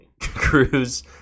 Cruz